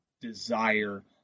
desire